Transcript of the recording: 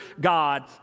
God